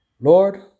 Lord